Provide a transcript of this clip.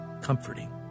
comforting